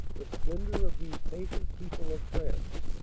the splendor of these patient people of france.